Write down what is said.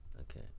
okay